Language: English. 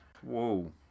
Whoa